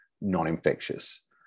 non-infectious